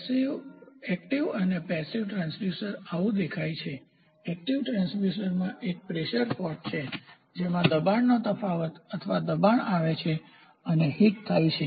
એકટીવસક્રિય અને પેસીવનિષ્ક્રિય ટ્રાંસડ્યુસર આવું દેખાય છે એકટીવસક્રિય ટ્રાંસડ્યુસરમાં એક પ્રેશર પોર્ટ છે જેમા દબાણનો તફાવત અથવા દબાણ આવે છે અને હિટ થાય છે